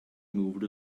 moved